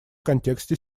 контексте